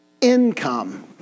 income